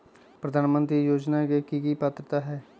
प्रधानमंत्री योजना के की की पात्रता है?